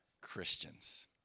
Christians